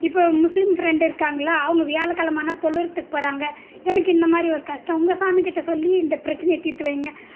இப்போ Muslim friend இருக்காங்களா அவங்க வியாழ கெழமனா தொழுறதுக்கு போகிறாங்க எனக்கு இந்த மாதிரி ஒரு கஷ்டம் உங்கள் சாமி கிட்டே சொல்லி இந்த பிரச்சினைய தீர்த்து வைங்க